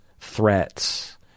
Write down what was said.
threats